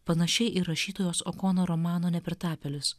panašiai ir rašytojos okonor romano nepritapėlis